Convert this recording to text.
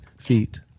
feet